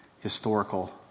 historical